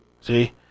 See